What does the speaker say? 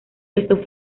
esto